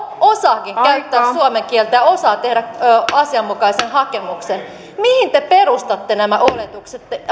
osaakin käyttää suomen kieltä ja osaa tehdä asianmukaisen hakemuksen mihin te perustatte nämä oletukset